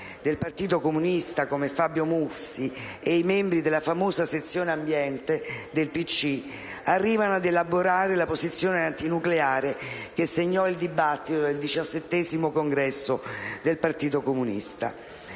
del Partito Comunista come Fabio Mussi e i membri della sezione ambiente del PCI arrivano ad elaborare la posizione antinucleare che segnò il dibattito del 17° Congresso del Partito Comunista.